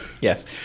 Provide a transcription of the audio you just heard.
Yes